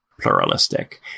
pluralistic